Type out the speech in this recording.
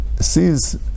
sees